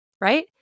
Right